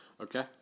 Okay